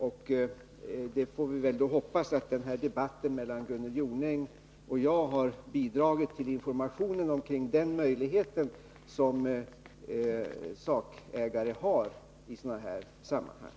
Jag får hoppas att debatten mellan Gunnel Jonäng och mig har bidragit till att sprida information om den möjligheten, som sakägare har i sådana här sammanhang.